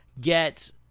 get